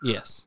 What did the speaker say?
Yes